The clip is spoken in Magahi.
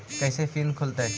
कैसे फिन खुल तय?